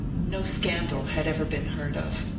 no scandal had ever been heard of.